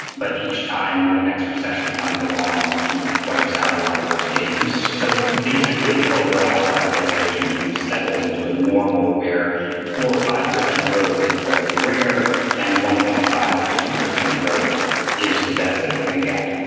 but each time when the next recession comes along, it's really wipes out a lot of those gains. so basically over the last couple of generations, we've settled into a normal where four or five percent growth is incredibly rare and one point five two growth is the best that we're gonna get,